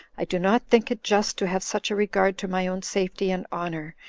i do not think it just to have such a regard to my own safety and honor,